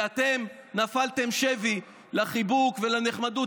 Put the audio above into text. ואתם נפלתם שבי לחיבוק ולנחמדות.